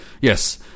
Yes